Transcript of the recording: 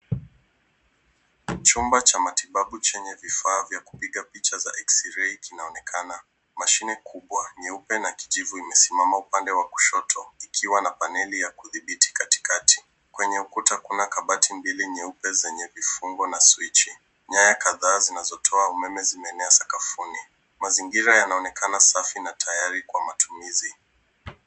Chumba cha matibabu chenye vifaa vya kupiga picha za eksirei kinaonekana. Mashine kubwa nyeupe na kijivu imesimama upande wa kushoto ikiwa na paneli ya kudhibiti katikati. Kwenye ukuta kuna kabati mbili nyeupe zenye vifungo na swichi. Nyaya kadhaa zinazotoa umeme zimenyea sakafuni. Mazingira yanaonekana safi na tayari kwa matumizi.